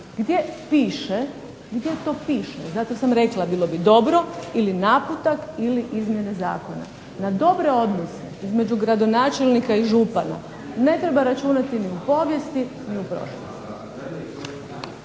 gdje piše, gdje to piše. Zato sam rekla bilo bi dobro ili naputak ili izmjene zakona. Na dobre odnose između gradonačelnika i župana ne treba računati ni u povijesti ni u prošlosti.